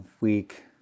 week